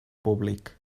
públic